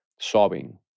sobbing